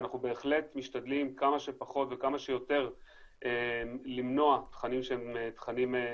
אנחנו בהחלט משתדלים כמה שפחות וכמה שיותר למנוע תכנים בעייתיים,